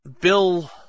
Bill